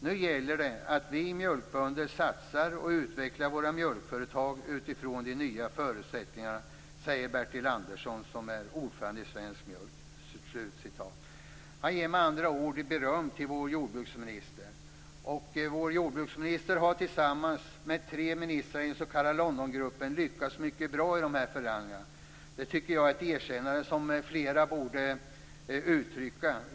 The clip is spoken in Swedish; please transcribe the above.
Nu gäller det att vi mjölkbönder satsar och utvecklar våra mjölkföretag utifrån de nya förutsättningarna." Det säger Bertil Andersson, som är ordförande i Svensk Mjölk. Han ger med andra ord beröm till vår jordbruksminister. Vår jordbruksminister har tillsammans med tre ministrar i den s.k. Londongruppen lyckats mycket bra i dessa förhandlingar. Det tycker jag är ett erkännande som fler borde uttrycka.